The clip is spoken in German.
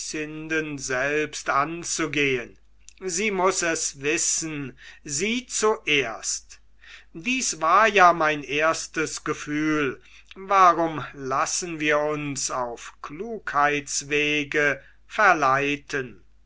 selbst anzugehn sie muß es wissen sie zuerst dies war ja mein erstes gefühl warum lassen wir uns auf klugheitswege verleiten